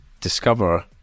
discover